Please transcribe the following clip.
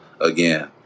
again